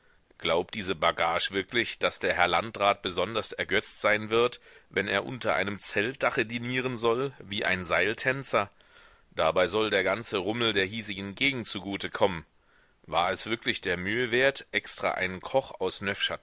glaubt diese bagage wirklich daß der herr landrat besonders ergötzt sein wird wenn er unter einem zeltdache dinieren soll wie ein seiltänzer dabei soll der ganze rummel der hiesigen gegend zugute kommen war es wirklich der mühe wert extra einen koch aus